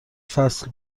فصل